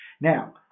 Now